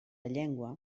llengua